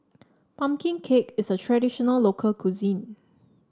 pumpkin cake is a traditional local cuisine